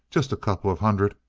just a couple of hundred.